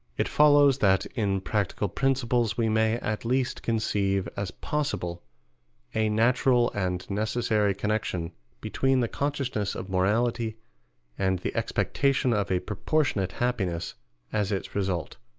it follows that in practical principles we may at least conceive as possible a natural and necessary connection between the consciousness of morality and the expectation of a proportionate happiness as its result,